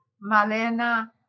Malena